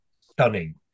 stunning